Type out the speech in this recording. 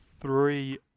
Three